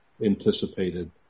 anticipated